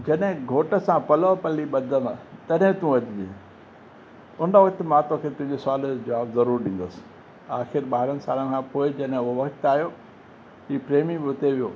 जॾहिं घोट सां पलो पली ॿधबा तॾहिं तूं अचि जांइ उन वक़्तु मां तोखे तुंहिंजे सुवाल जो जवाबु ज़रूरु ॾींदसि आख़िरि ॿारहंनि सालनि खां पोइ जॾहिं उहो वक़्तु आयो हीउ प्रेमी हुते वियो